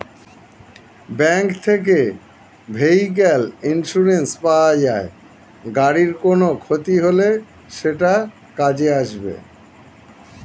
bank থেকে vehicle insurance পাওয়া যায়, গাড়ির কোনো ক্ষতি হলে সেটা কাজে আসবে